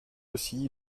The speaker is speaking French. aussi